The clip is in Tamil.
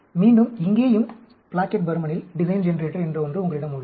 மீண்டும் இங்கேயும் பிளாக்கெட் பர்மனில் டிசைன் ஜெனரேட்டர் என்று ஒன்று உங்களிடம் உள்ளது